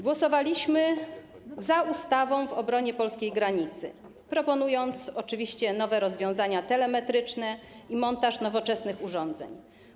Głosowaliśmy za ustawą w obronie polskiej granicy, proponując oczywiście nowe rozwiązania telemetryczne i montaż nowoczesnych urządzeń.